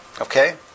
Okay